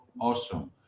awesome